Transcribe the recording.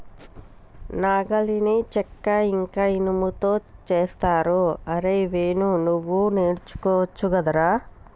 నాగలిని చెక్క ఇంక ఇనుముతో చేస్తరు అరేయ్ వేణు నువ్వు నేర్చుకోవచ్చు గదరా